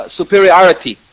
superiority